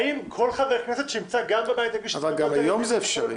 האם כל חבר כנסת שנמצא בבית --- אבל גם היום זה אפשרי.